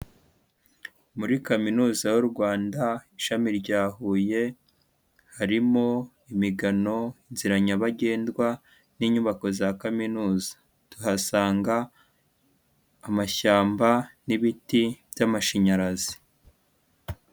Muri Kaminuza y'u Rwanda ishami rya Huye, harimo imigano, inzira nyabagendwa n'inyubako za Kaminuza. Tuhasanga amashyamba n'ibiti by'amashanyarazi.